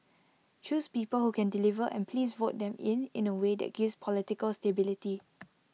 choose people who can deliver and please vote them in in A way that gives political stability